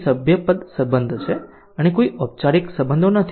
તેથી સભ્યપદ સંબંધ છે અને કોઈ ઓપચારિક સંબંધો નથી